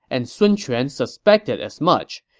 and sun quan suspected as much.